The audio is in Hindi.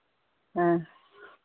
हाँ